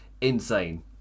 insane